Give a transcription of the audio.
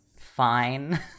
fine